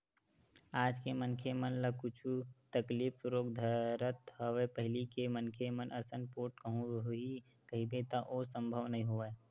आज के मनखे मन ल कुछु तकलीफ रोग धरत हवय पहिली के मनखे मन असन पोठ कहूँ होही कहिबे त ओ संभव नई होवय